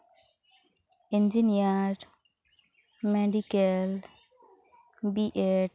engineer medical B Ed